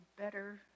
better